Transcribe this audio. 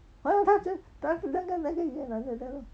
ah 他接那个那个越南的他说